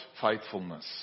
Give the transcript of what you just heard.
faithfulness